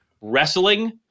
wrestling